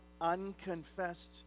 unconfessed